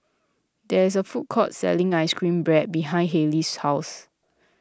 there is a food court selling Ice Cream Bread behind Hailey's house